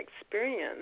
experience